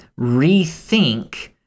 rethink